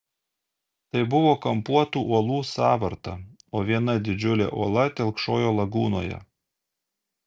tai buvo kampuotų uolų sąvarta o viena didžiulė uola telkšojo lagūnoje